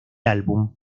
álbum